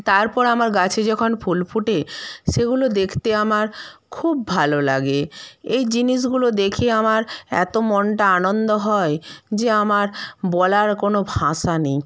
তারপর আমার গাছে যখন ফুল ফোটে সেগুলো দেখতে আমার খুব ভালো লাগে এই জিনিসগুলো দেখে আমার এতো মনটা আনন্দ হয় যে আমার বলার কোনো ভাষা নেই